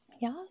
yes